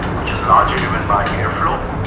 which is largely driven by airflow,